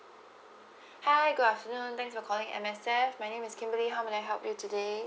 hi good afternoon thanks for calling M_S_F my name is kimberly how may I help you today